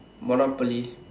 Monopoly